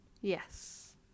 Yes